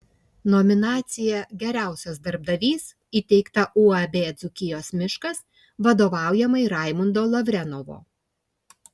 nominacija geriausias darbdavys įteikta uab dzūkijos miškas vadovaujamai raimundo lavrenovo